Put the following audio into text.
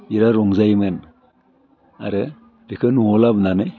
बिरात रंजायोमोन आरो बेखौ न'आव लाबोनानै